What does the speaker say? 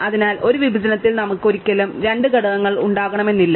അതിനാൽ ഒരു വിഭജനത്തിൽ നമുക്ക് ഒരിക്കലും രണ്ട് ഘടകങ്ങൾ ഉണ്ടാകണമെന്നില്ല